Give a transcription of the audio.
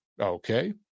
Okay